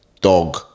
dog